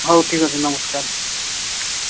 ହଉ ଠିକ ଅଛି ନମସ୍କାର